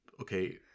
okay